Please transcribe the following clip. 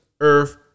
earth